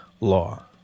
law